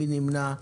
מי נמנע?